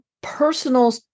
personal